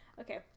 Okay